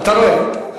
אתה רואה?